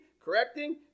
correcting